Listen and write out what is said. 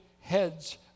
heads